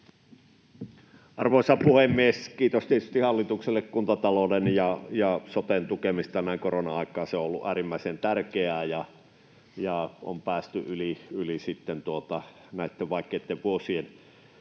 Arvoisa puhemies! Kiitos tietysti hallitukselle kuntatalouden ja soten tukemisesta näin korona-aikaan. Se on ollut äärimmäisen tärkeää, ja näin on päästy yli näitten vaikeitten vuosien.